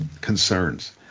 concerns